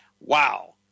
Wow